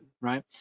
right